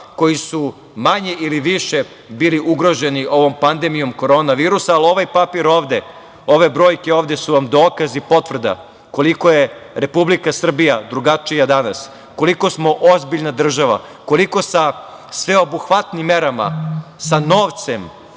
koji su manje ili više bili ugroženi ovom pandemijom korona virusa, ali ovaj papir ovde, ove brojke ovde su vam dokaz i potvrda koliko je Republika Srbija drugačija danas, koliko smo ozbiljna država, koliko sa sveobuhvatnim merama, sa novcem,